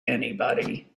anybody